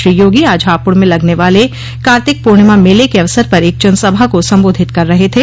श्री योगी आज हापुड़ में लगने वाले कार्तिक पूर्णिमा मेले के अवसर पर एक जनसभा को संबोधित कर रहे थे